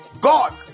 God